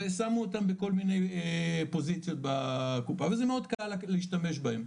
ושמו אותם בכל מיני פוזיציות בקופה וזה מאוד קל להשתמש בהם.